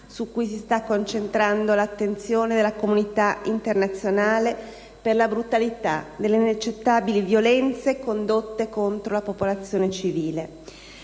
su cui si sta concentrando l'attenzione della comunità internazionale per la brutalità delle inaccettabili violenze condotte contro la popolazione civile.